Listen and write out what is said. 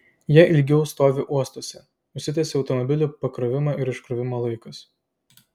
jie ilgiau stovi uostuose užsitęsia automobilių pakrovimo ir iškrovimo laikas